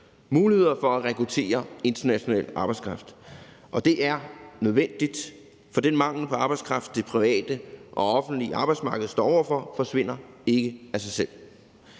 muligheder for at rekruttere international arbejdskraft, og det er nødvendigt. For den mangel på arbejdskraft, det private og offentlige arbejdsmarked står over for, forsvinder ikke af sig selv.